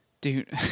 dude